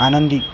आनंदी